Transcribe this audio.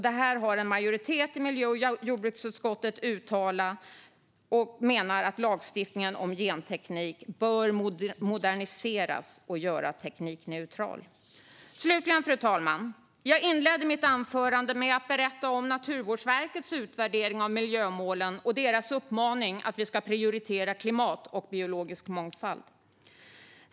En majoritet i miljö och jordbruksutskottet har därför uttalat att lagstiftningen om genteknik bör moderniseras och göras teknikneutral. Fru talman! Jag inledde mitt anförande med att berätta om Naturvårdsverkets utvärdering av miljömålen och uppmaning att prioritera klimat och biologisk mångfald.